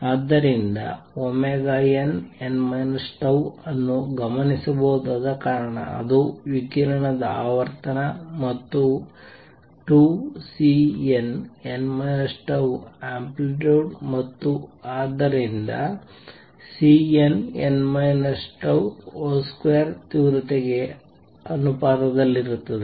ಆದ್ದರಿಂದ nn τ ಅನ್ನು ಗಮನಿಸಬಹುದಾದ ಕಾರಣ ಅದು ವಿಕಿರಣದ ಆವರ್ತನ ಮತ್ತು 2Cnn τ ಆಂಪ್ಲಿಟ್ಯೂಡ್ ಮತ್ತು ಆದ್ದರಿಂದ Cnn τ2 ತೀವ್ರತೆಗೆ ಅನುಪಾತದಲ್ಲಿರುತ್ತದೆ